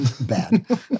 bad